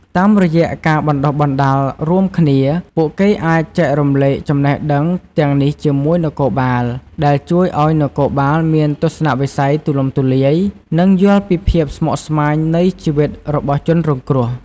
តាមរយៈការបណ្តុះបណ្តាលរួមគ្នា ពួកគេអាចចែករំលែកចំណេះដឹងទាំងនេះជាមួយនគរបាល ដែលជួយឱ្យនគរបាលមានទស្សនវិស័យទូលំទូលាយ និងយល់ពីភាពស្មុគស្មាញនៃជីវិតរបស់ជនរងគ្រោះ។